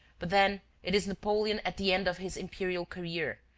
but then it is napoleon at the end of his imperial career,